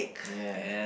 yeah